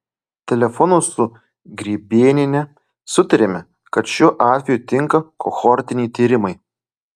telefonu su grybėniene sutarėme kad šiuo atveju tinka kohortiniai tyrimai